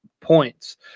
points